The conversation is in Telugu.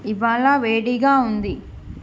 ఇవాళ వేడిగా ఉంది